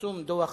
פרסום דוח